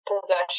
possession